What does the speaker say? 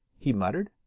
he muttered.